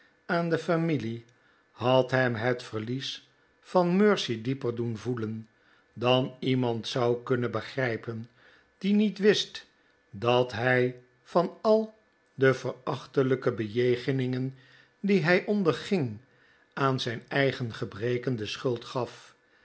aan de familie had hem het verities van mercy dieper doen voelen dan iemand zou kunnen begrijpen die niet wist dat hij van al de verachtelijke bejegeningen die hij onderging aan zijn eigen gebreken de schuld gaf